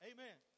Amen